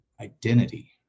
identity